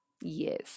Yes